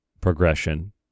progression